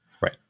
right